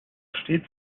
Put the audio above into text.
stets